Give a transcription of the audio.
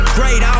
great